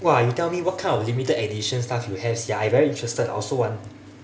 !wah! you tell me what kind of limited edition stuff you have sia I very interested I also want